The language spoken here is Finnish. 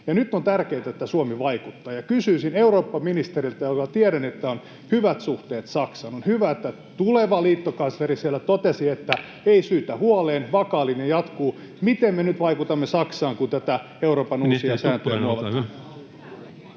nyt on tärkeää, että Suomi vaikuttaa. Kysyisin eurooppaministeriltä, jolla tiedän olevan hyvät suhteet Saksaan: On hyvä, että tuleva liittokansleri siellä totesi, että ei syytä huoleen, vakaa linja jatkuu. Miten me nyt vaikutamme Saksaan, kun näitä Euroopan uusia sääntöjä